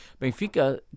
Benfica